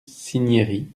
cinieri